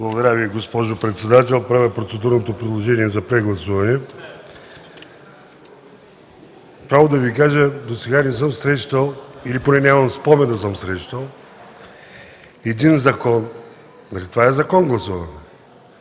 Благодаря Ви, госпожо председател. Правя процедурно предложение за прегласуване. Право да Ви кажа, досега не съм срещал или поне нямам спомен да съм срещал един закон – нали това е закон, което гласуваме